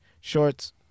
shorts